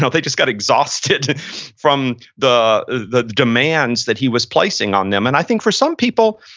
they just got exhausted from the the demands that he was placing on them. and i think for some people,